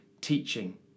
teaching